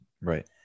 right